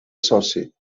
soci